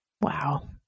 Wow